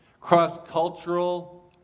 Cross-cultural